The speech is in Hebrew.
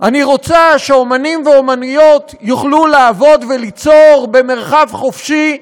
אני רוצה שאמנים ואמניות יוכלו לעבוד וליצור במרחב חופשי,